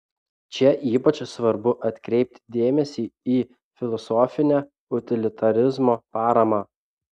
čia ypač svarbu atkreipti dėmesį į filosofinę utilitarizmo paramą